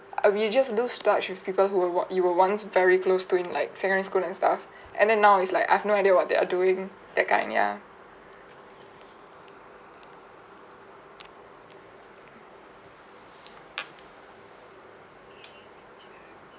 uh you just lose touch with people who were once you were once very close to in like secondary school and stuff and then now it's like I've no idea what they are doing that kind ya